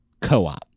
co-op